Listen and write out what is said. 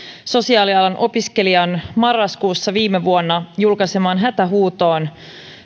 sosiaalialan opiskelijan marraskuussa viime vuonna julkaisemaan hätähuutoon